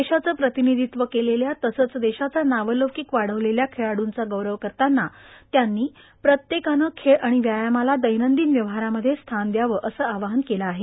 देशाचं प्रतिनिधीत्व केलेल्या तसंच देशाचा नावलौकिक वाढवलेल्या खेळाड्ंचा गौरव करताना त्यांनी प्रत्येकानं खेळ आणि व्यायामाला दैनंदिन व्यवहारामधे स्थान द्यावं असं आवाहन केलं आहे